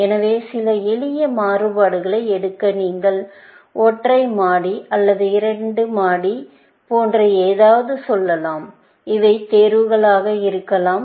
எனவே சில எளிய மாறுபாடுகளை எடுக்க நீங்கள் ஒற்றை மாடி அல்லது இரட்டை மாடி போன்ற ஏதாவது சொல்லலாம் இவை தேர்வுகளாக இருக்கலாம்